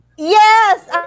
Yes